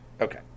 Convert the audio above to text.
Okay